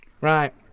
right